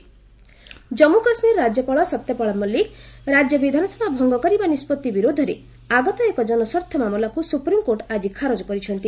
SC JK Jammu Kashmir ରାଜ୍ୟପାଳ ସତ୍ୟପାଲ ମଲ୍ଲିକ ରାଜ୍ୟ ବିଧାନସଭା ଭଙ୍ଗ କରିବା ନିଷ୍କଉ୍ତି ବିରୁଦ୍ଧରେ ଆଗତ ଏକ ଜନସ୍ୱାର୍ଥ ମାମଲାକୁ ସୁପ୍ରିମକୋର୍ଟ ଆକି ଖାରଜ କରିଛନ୍ତି